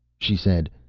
she said,